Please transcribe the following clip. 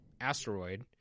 asteroid